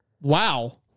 Wow